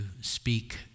speak